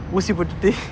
ஊசி போட்டுட்டு:usi potuttu